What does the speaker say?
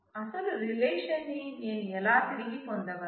అసలు రిలేషన్ న్ని నేను ఎలా తిరిగి పొందగలను